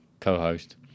co-host